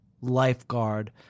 lifeguard